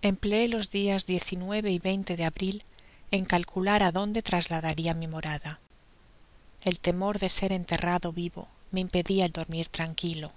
empleé los días y nueve y veinte de abril en calcular adonde trasladaria mi morada el temor de ser enterrado vivo me impedia el dormir tranquilo